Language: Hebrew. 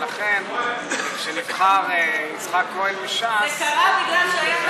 ולכן כשנבחר יצחק כהן מש"ס אז אמרו,